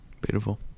Beautiful